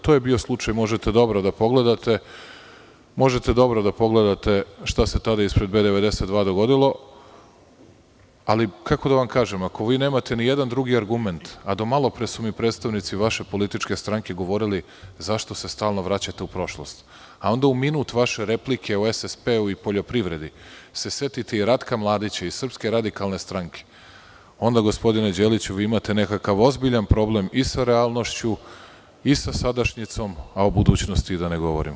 To je bio slučaj, možete dobro da pogledate šta se tada ispred „B92“ dogodilo, ali ako vi nemate ni jedan drugi argument, a do malopre su mi predstavnici vaše političke stranke govorili – zašto se stalno vraćate u prošlost, a onda u minut vaše replike o SSP i poljoprivredi, se setiti Ratka Mladića i SRS, onda, gospodine Đeliću, vi imate nekakav ozbiljan problem i sa realnošću i sa sadašnjicom, a o budućnosti da ne govorimo.